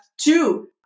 two